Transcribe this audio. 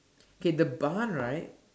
okay the barn right